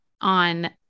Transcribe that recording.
on